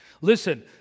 Listen